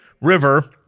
river